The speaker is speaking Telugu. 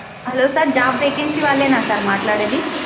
హలో సార్ జాబ్ వేకెన్సీ వాళ్ళేనా సార్ మాట్లాడేది